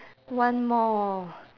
one more